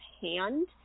hand